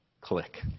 Click